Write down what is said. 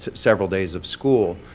several days of school.